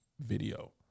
video